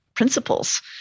principles